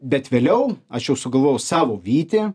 bet vėliau aš jau sugalvojau savo vytį